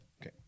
Okay